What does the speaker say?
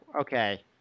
okay